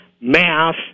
math